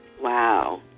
Wow